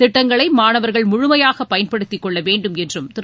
திட்டங்களை மாணவர்கள் முழுமையாக பயன்படுத்திக் கொள்ள வேண்டும் என்றும் திரு